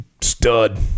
stud